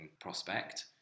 prospect